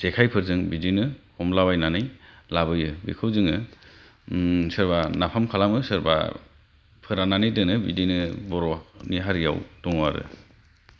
जेखायफोरजों बिदिनो हमला बायनानै लाबोयो बिखौ जोङो सोरबा नाफाम खालामो सोरबा फोरनानै दोनो बिदिनो बर'नि हारियाव दङ आरो